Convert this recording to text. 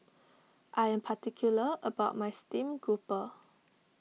I am particular about my Steamed Grouper